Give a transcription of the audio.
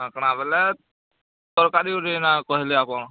କାଣା କାଣା ଆଉ ବୋଲେ ତରକାରୀ ବୋଲି ନା କହିଲେ ଆଉ କ'ଣ